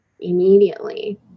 immediately